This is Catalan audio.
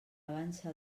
avança